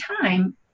time